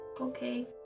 Okay